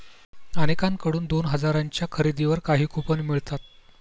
अनेकांकडून दोन हजारांच्या खरेदीवर काही कूपन मिळतात